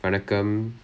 வணக்கம்:vanakkam